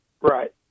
Right